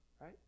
right